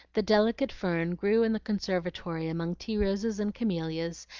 the delicate fern grew in the conservatory among tea-roses and camelias,